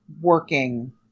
working